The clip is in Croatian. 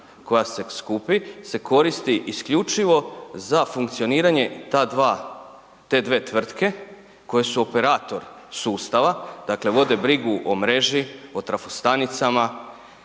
koja se skupi se koristi isključivo za funkcioniranje ta dva, te dvije tvrtke koje su operator sustava, dakle vode brigu o mreži, o trafostanicama,